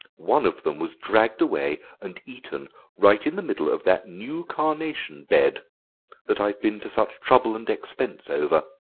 one of them was dragged away and eaten right in the middle of that new carnation bed that i've been to such trouble and expense over.